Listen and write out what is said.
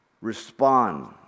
respond